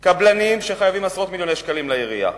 בה קבלנים שחייבים עשרות מיליוני שקלים לעירייה,